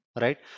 right